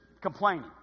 complaining